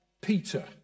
Peter